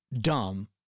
dumb